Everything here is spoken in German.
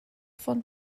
von